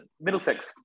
Middlesex